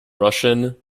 russian